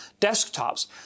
desktops